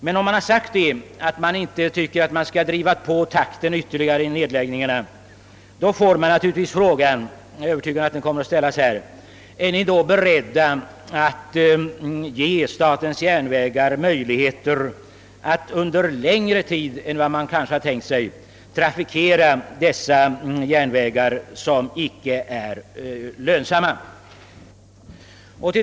Men om nedläggningstakten inte ytterligare bör påskyndas, uppstår naturligtvis frågan — och jag är övertygad om att den kommer att ställas i dag — om man är beredd att ge statens järnvägar möjligheter att under längre tid än företaget kanske hittills tänkt sig trafikera icke lönsamma bandelar.